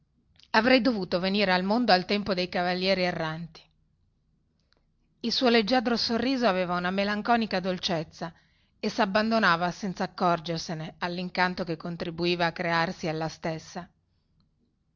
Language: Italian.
avrei dovuto venire al mondo al tempo dei cavalieri erranti il suo leggiadro sorriso aveva una melanconica dolcezza e sabbandonava senzaccorgersene allincanto che contribuiva a crearsi ella stessa